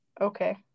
Okay